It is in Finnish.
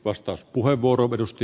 arvoisa puhemies